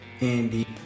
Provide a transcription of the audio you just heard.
Andy